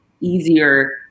easier